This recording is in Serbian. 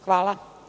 Hvala.